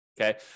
Okay